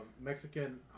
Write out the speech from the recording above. Mexican